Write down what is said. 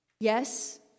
Yes